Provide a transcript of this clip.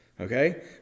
okay